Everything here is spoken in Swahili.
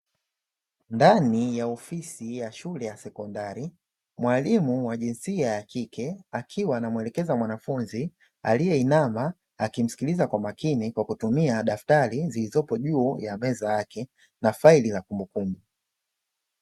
Ndani ya ofisi ya shule ya sekondari ,mwalimu wa jinsia ya kike akiwa anamuelekeza mwanafunzi aliyeinama akimsikiliza kwa makini kwa kutumia daftari zilizopo juu ya meza yake na faili la kumbukumbu.